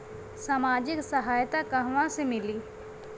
सामाजिक सहायता कहवा से मिली?